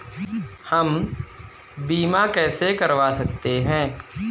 हम बीमा कैसे करवा सकते हैं?